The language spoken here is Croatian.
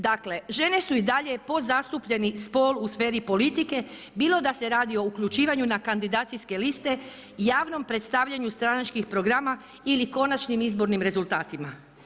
Dakle, žene su i dalje podzastupljeni spol u sferi politike bilo da se radi o uključivanju na kandidacijske liste, javnom predstavljanju stranačkih programa ili konačnim izbornim rezultatima.